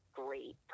great